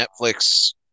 Netflix